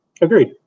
agreed